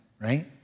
right